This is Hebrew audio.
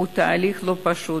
הוא תהליך לא פשוט.